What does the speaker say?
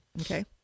Okay